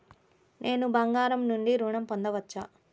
నేను బంగారం నుండి ఋణం పొందవచ్చా?